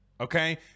okay